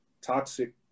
Toxic